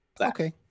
Okay